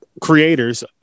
creators